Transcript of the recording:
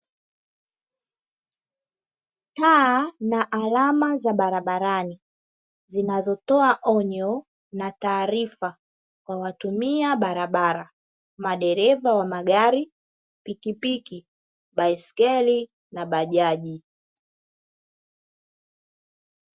Taa na alama za barabarani, zinazotoa onyo na taarifa kwa watumia barabara, madereva wa magari, pikipiki, baiskeli na bajaji.